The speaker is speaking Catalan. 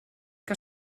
que